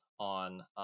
on